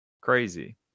Crazy